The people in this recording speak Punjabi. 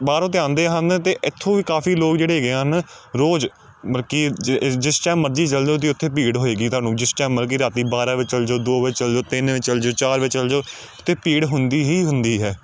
ਬਾਹਰੋਂ ਤਾਂ ਆਉਂਦੇ ਹਨ ਅਤੇ ਇੱਥੋਂ ਵੀ ਕਾਫੀ ਲੋਕ ਜਿਹੜੇ ਹੈਗੇ ਹਨ ਰੋਜ਼ ਮਤਲਬ ਕਿ ਜ ਜਿਸ ਟਾਈਮ ਮਰਜ਼ੀ ਚੱਲ ਜਾਓ ਤੁਸੀਂ ਉੱਥੇ ਭੀੜ ਹੋਏਗੀ ਤੁਹਾਨੂੰ ਜਿਸ ਟਾਈਮ ਮਤਲਬ ਕਿ ਰਾਤੀ ਬਾਰਾਂ ਵਜੇ ਚੱਲ ਜਾਓ ਦੋ ਵਜੇ ਚੱਲ ਜਾਓ ਤਿੰਨ ਵਜੇ ਚੱਲ ਜਾਓ ਚਾਰ ਵਜੇ ਚੱਲ ਜਾਓ ਉੱਥੇ ਭੀੜ ਹੁੰਦੀ ਹੀ ਹੁੰਦੀ ਹੈ